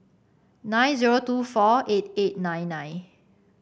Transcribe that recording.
nine zero two four eight eight nine nine